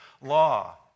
law